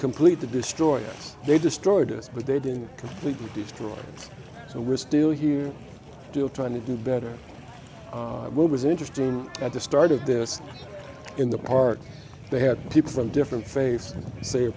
completely destroyed they destroyed us but they didn't completely destroy so we're still here still trying to do better what was interesting at the start of this in the park they had people from different fa